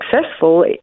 successful